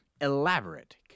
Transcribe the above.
elaborate